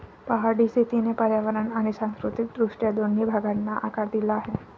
पहाडी शेतीने पर्यावरण आणि सांस्कृतिक दृष्ट्या दोन्ही भागांना आकार दिला आहे